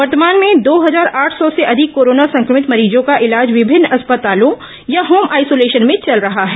वर्तमान में दो हजार आठ सौ से अधिक कोरोना संक्रमित मरीजों का इलाज विभिन्न अस्पतालों या होम आइसोलेशन में चल रहा है